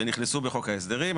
שנכנסו בחוק ההסדרים.